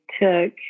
took